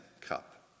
cup